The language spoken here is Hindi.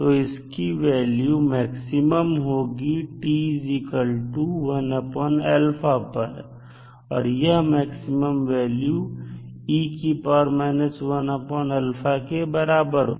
तो इसकी वैल्यू मैक्सिमम होगी t 1α पर और यह मैक्सिमम वैल्यू के बराबर होगी